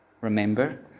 Remember